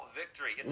victory